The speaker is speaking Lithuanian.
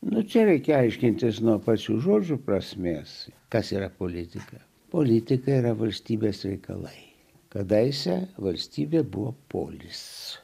na čia reikia aiškintis nuo pačių žodžių prasmės kas yra politika politika yra valstybės reikalai kadaise valstybė buvo polis